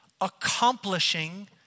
accomplishing